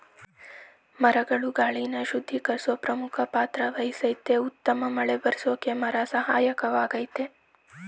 ಮರಗಳು ಗಾಳಿನ ಶುದ್ಧೀಕರ್ಸೋ ಪ್ರಮುಖ ಪಾತ್ರವಹಿಸ್ತದೆ ಉತ್ತಮ ಮಳೆಬರ್ರ್ಸೋಕೆ ಮರ ಸಹಾಯಕವಾಗಯ್ತೆ